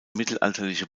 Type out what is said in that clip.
mittelalterliche